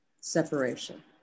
separation